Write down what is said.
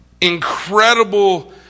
incredible